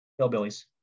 hillbillies